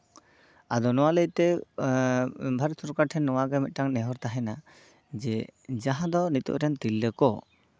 ᱟᱫᱚ ᱱᱚᱣᱟ ᱞᱟᱹᱭᱛᱮ ᱮᱜ ᱵᱷᱟᱨᱚᱛ ᱥᱚᱨᱠᱟᱨ ᱴᱷᱮᱱ ᱱᱚᱣᱟᱜᱮ ᱢᱤᱫᱴᱟᱝ ᱱᱮᱦᱚᱨ ᱛᱟᱦᱮᱱᱟ ᱡᱮ ᱡᱟᱦᱟᱸ ᱫᱚ ᱱᱤᱛᱚᱜ ᱨᱮᱱ ᱛᱤᱨᱞᱟᱹ ᱠᱚ